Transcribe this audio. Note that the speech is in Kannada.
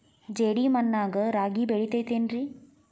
ಜೇಡಿ ಮಣ್ಣಾಗ ರಾಗಿ ಬೆಳಿತೈತೇನ್ರಿ?